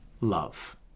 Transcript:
love